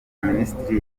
minisitiri